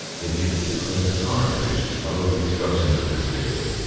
if you need to clean the cartridge, follow the instructions of this video.